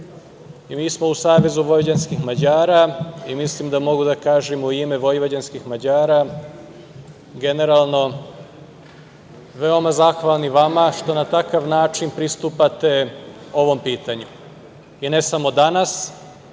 Mi smo u SVM, i mislim da mogu da kažem u ime vojvođanskih Mađara, generalno veoma zahvalni vama što na takav način pristupate ovom pitanju i ne samo danas,